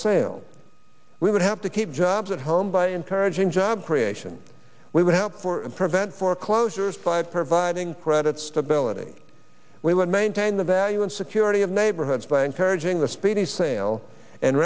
sales we would have to keep jobs at home by encouraging job creation we would help for and prevent foreclosures five providing credit stability we would maintain the value and security of neighborhoods by encouraging the speedy sale and